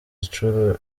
incuro